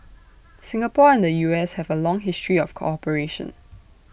Singapore and the U S have A long history of cooperation